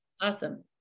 Awesome